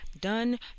done